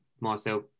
Marcel